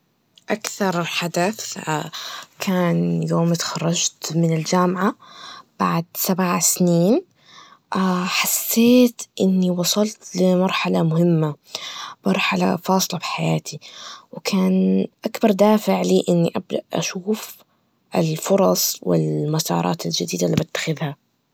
أكثر حدث كان يوم اتخرجت من الجامعة بعد سبع سنين, حسيت إني وصلت لمرحلة مهمة, مرحلة فاصلة بحياتي, وكان أكبر دافع لي إني أبدأ أشوف الفرص والمسارات الجديدة.